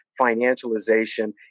financialization